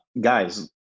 guys